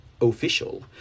official